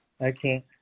Okay